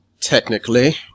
technically